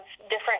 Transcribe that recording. different